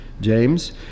James